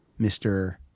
Mr